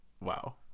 Wow